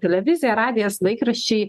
televizija radijas laikraščiai